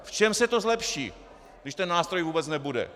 V čem se to zlepší, když ten nástroj vůbec nebude?